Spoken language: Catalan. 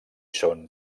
són